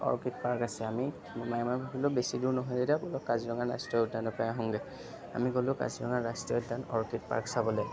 orchid park আছে আমি মামাই মই ভাবিলো বেছি দূৰ নহয় যেতিয়া ব'লক কাজিৰঙা ৰাষ্ট্ৰীয় উদ্যানৰ পৰাই আহোঁগৈ আমি গ'লোঁ কাজিৰঙা ৰাষ্ট্ৰীয় উদ্যান অৰ্কিড পাৰ্ক চাবলৈ